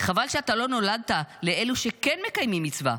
חבל שאתה לא נולדת לאלו שכן מקיימים מצווה,